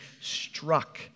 struck